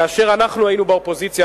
כאשר אנחנו היינו באופוזיציה,